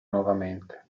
nuovamente